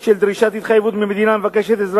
של דרישת התחייבות ממדינה המבקשת עזרה